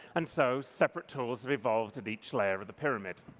and so, separate tools have evolved at each layer of the pyramid.